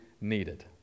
needed